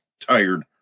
tired